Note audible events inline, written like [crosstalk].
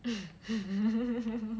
[laughs]